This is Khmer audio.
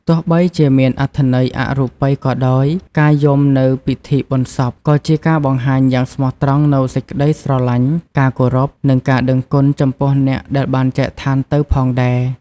ទោះបីជាមានអត្ថន័យអរូបិយក៏ដោយ ការយំនៅពិធីបុណ្យសពក៏ជាការបង្ហាញយ៉ាងស្មោះត្រង់នូវសេចក្តីស្រឡាញ់ ការគោរព និងការដឹងគុណចំពោះអ្នកដែលបានចែកឋានទៅផងដែរ។